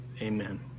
Amen